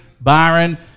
Byron